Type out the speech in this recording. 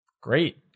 Great